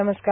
नमस्कार